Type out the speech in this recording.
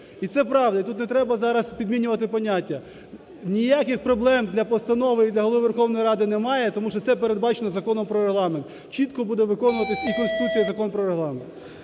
і це правда. І тут не треба зараз підмінювати поняття. Ніяких проблем для постанови і для Голови Верховної Ради немає, тому що це передбачено Законом про Регламент. Чітко буде виконуватись і Конституція, і Закон про Регламент.